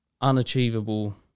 unachievable